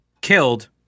killed